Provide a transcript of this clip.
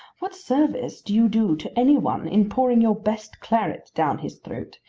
what service do you do to any one in pouring your best claret down his throat,